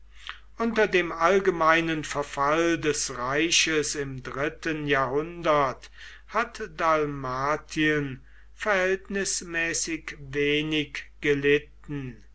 unter dem allgemeinen verfall des reiches im dritten jahrhundert hat dalmatien verhältnismäßig wenig gelitten